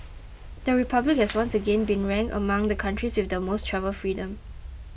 the republic has once again been ranked among the countries with the most travel freedom